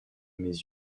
mes